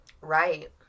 right